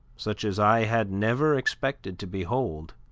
such as i had never expected to behold,